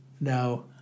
No